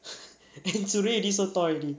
and zirui already so tall already